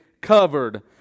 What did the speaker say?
covered